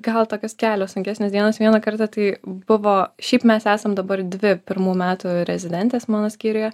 gal tokios kelios sunkesnės dienos vieną kartą tai buvo šiaip mes esam dabar dvi pirmų metų rezidentės mano skyriuje